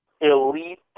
elite